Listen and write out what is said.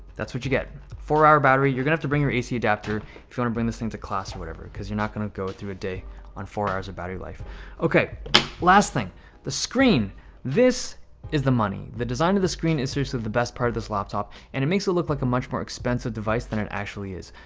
that's what you get four hour battery you're gonna have to bring your ac adapter if you don't bring this thing to class or whatever cuz you're not gonna go through a day on four hours of battery life okay last thing the screen this is the money the design of the screen is seriously the best part of this laptop and it makes it look like a much more expensive device than it actually is.